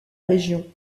région